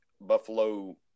Buffalo